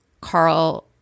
Carl